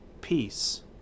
peace